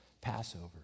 Passover